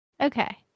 Okay